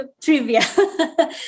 trivia